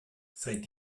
seit